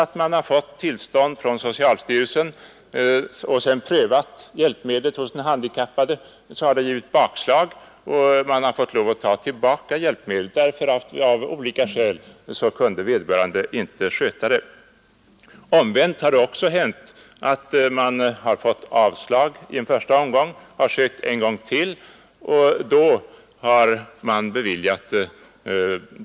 När man fått tillstånd från socialstyrelsen och sedan prövat hjälpmedlet hos den handikappade har man fått ta tillbaka hjälpmedlet därför att patienten av olika skäl inte kunnat sköta det. Det har också hänt att man har fått avslag i en första omgång och försökt en gång till, och då har bidrag beviljats.